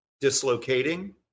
dislocating